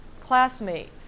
classmate